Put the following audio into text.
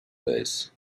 face